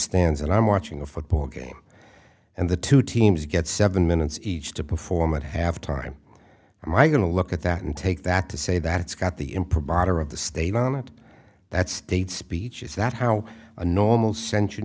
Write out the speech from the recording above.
stands and i'm watching a football game and the two teams get seven minutes each to perform at halftime and my going to look at that and take that to say that it's got the in provider of the statement that state speech is that how a normal sent